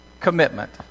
commitment